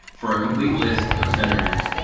for a complete list of centers,